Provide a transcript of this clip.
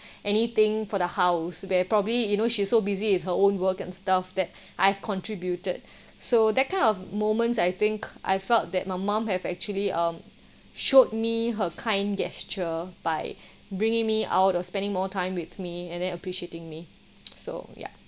anything for the house where probably you know she's so busy with her own work and stuff that I've contributed so that kind of moments I think I felt that my mum have actually um showed me her kind gesture by bringing me out or spending more time with me and then appreciating me so ya